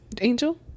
angel